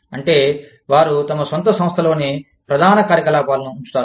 అంటే వారు తమ సొంత సంస్థలోనే ప్రధాన కార్యకలాపాలను ఉంచుతారు